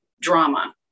drama